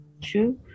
True